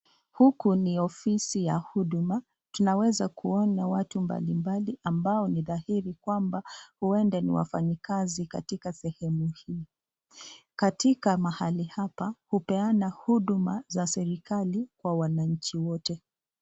Huku ni ofisi ya huduma, tunaweza kuona watu mbalimbali ambao ni dhairi kwamba uenda ni wafanyakazi katika sehemu hii, katika mahali hapa upeana huduma za serekali kwa wananchi wote.